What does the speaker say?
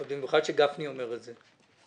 במיוחד כשגפני אומר את זה.